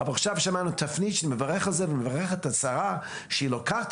אבל עכשיו שמענו תפנית מבורכת שהשרה לוקחת